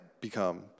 become